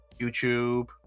YouTube